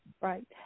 Right